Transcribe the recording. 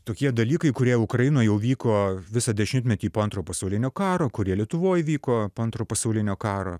tokie dalykai kurie ukrainoj jau vyko visą dešimtmetį po antro pasaulinio karo kurie lietuvoj vyko po antro pasaulinio karo